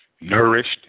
nourished